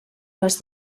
les